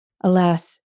Alas